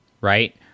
right